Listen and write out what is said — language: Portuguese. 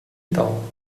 tal